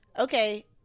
okay